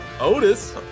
Otis